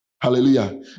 Hallelujah